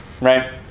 right